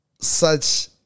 such-